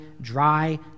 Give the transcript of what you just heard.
dry